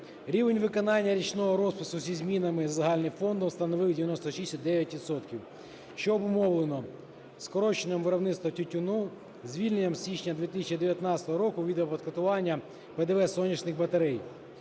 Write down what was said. Рівень виконання річного розпису зі змінами в загальний фонд становив 96,9 відсотка, що обумовлено скороченим виробництвом тютюну, звільненням з січня 2019 року від оподаткування ПДВ сонячних батарей,